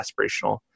aspirational